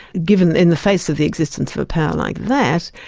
given, in the face of the existence of a power like that,